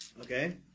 Okay